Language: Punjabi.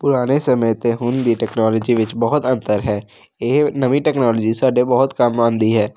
ਪੁਰਾਣੇ ਸਮੇਂ ਅਤੇ ਹੁਣ ਦੀ ਟੈਕਨੋਲੋਜੀ ਵਿੱਚ ਬਹੁਤ ਅੰਤਰ ਹੈ ਇਹ ਨਵੀਂ ਟੈਕਨੋਲੋਜੀ ਸਾਡੇ ਬਹੁਤ ਕੰਮ ਆਉਂਦੀ ਹੈ